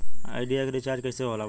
Idea के recharge कइसे होला बताई?